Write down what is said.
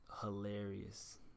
hilarious